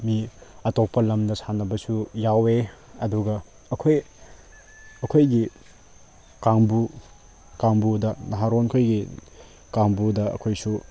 ꯃꯤ ꯑꯇꯣꯞꯄ ꯂꯝꯗ ꯁꯥꯟꯅꯕꯁꯨ ꯌꯥꯎꯋꯦ ꯑꯗꯨꯒ ꯑꯩꯈꯣꯏ ꯑꯩꯈꯣꯏꯒꯤ ꯀꯥꯡꯕꯨ ꯀꯥꯡꯕꯨꯗ ꯅꯍꯥꯔꯣꯜꯈꯣꯏꯒꯤ ꯀꯥꯡꯕꯨꯗ ꯑꯩꯈꯣꯏꯁꯨ